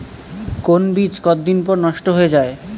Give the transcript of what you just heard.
কোন বীজ কতদিন পর নষ্ট হয়ে য়ায়?